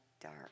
dark